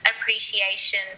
appreciation